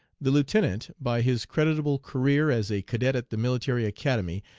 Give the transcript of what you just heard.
the lieutenant, by his creditable career as a cadet at the military academy,